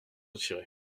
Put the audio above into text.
retiré